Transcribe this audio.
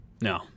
no